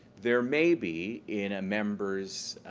there may be in a member's